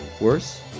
Worse